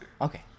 okay